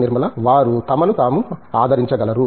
నిర్మలా వారు తమను తాము ఆదరించగలరు